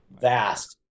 vast